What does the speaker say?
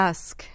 Ask